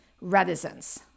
reticence